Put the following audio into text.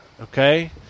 okay